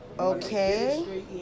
Okay